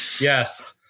Yes